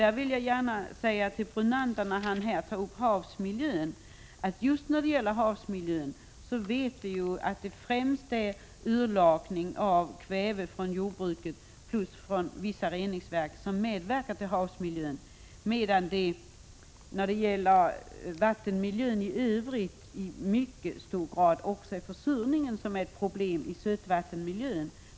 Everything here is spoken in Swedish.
Jag vill säga till Lennart Brunander, när han tar upp frågan om havsmiljön, att just då det gäller havsmiljön vet vi att det främst är urlakning av kväve från jordbruket och från vissa reningsverk som medverkar till förorening, medan det när det gäller vattenmiljön i övrigt också i hög grad är försurningen som utgör ett problem främst i sötvattenmiljön.